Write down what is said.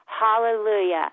hallelujah